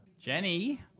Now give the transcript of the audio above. Jenny